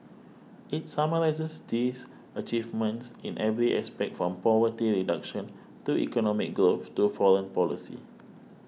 it summarises Xi's achievements in every aspect from poverty reduction to economic growth to foreign policy